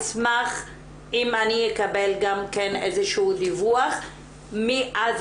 אשמח אם אני אקבל גם איזשהו דיווח מאז